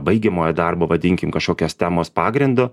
baigiamojo darbo vadinkim kažkokios temos pagrindu